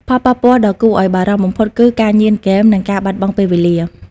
ផលប៉ះពាល់ដ៏គួរឱ្យបារម្ភបំផុតគឺ ការញៀនហ្គេម និងការបាត់បង់ពេលវេលា។